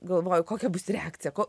galvoju kokia bus reakcija ko